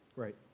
Right